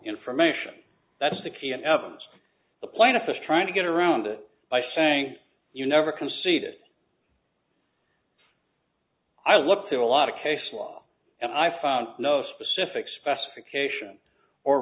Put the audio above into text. information that's the key evidence the plaintiff is trying to get around it by saying you never conceded i look to a lot of case law and i found no specific specification or